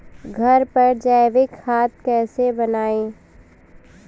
घर पर जैविक खाद कैसे बनाएँ?